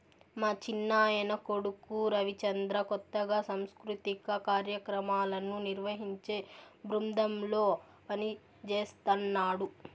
మా చిన్నాయన కొడుకు రవిచంద్ర కొత్తగా సాంస్కృతిక కార్యాక్రమాలను నిర్వహించే బృందంలో పనిజేస్తన్నడు